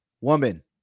woman